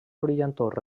brillantor